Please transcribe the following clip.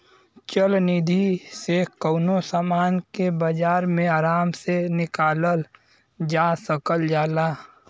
चल निधी से कउनो समान के बाजार मे आराम से निकालल जा सकल जाला